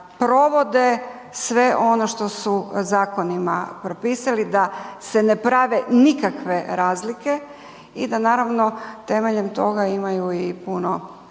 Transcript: provode sve ono što su zakonima propisali, da se ne prave nikakve razlike i da naravno temeljem toga imaju i puno